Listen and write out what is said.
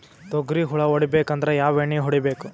ತೊಗ್ರಿ ಹುಳ ಹೊಡಿಬೇಕಂದ್ರ ಯಾವ್ ಎಣ್ಣಿ ಹೊಡಿಬೇಕು?